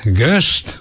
guest